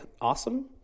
Awesome